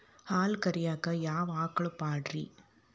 ಹಾಲು ಕರಿಯಾಕ ಯಾವ ಆಕಳ ಪಾಡ್ರೇ?